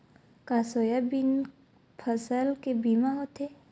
का सोयाबीन फसल के बीमा होथे?